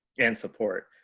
and support.